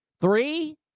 Three